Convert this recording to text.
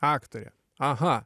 aktorė aha